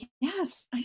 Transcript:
Yes